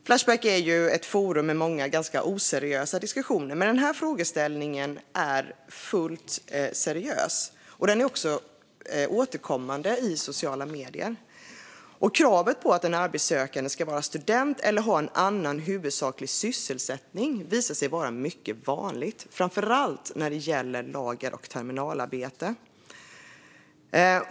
Flashback är ju ett forum med många ganska oseriösa diskussioner, men den här frågeställningen är fullt seriös. Den är också återkommande i sociala medier. Kravet på att den arbetssökande ska vara student eller ha en "annan huvudsaklig sysselsättning" visar sig vara mycket vanligt, framför allt när det gäller lager och terminalarbete.